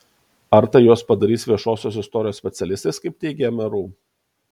ar tai juos padarys viešosios istorijos specialistais kaip teigia mru